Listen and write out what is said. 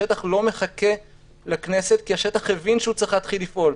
השטח לא מחכה לכנסת כי השטח הבין שהוא צריך להתחיל לפעול,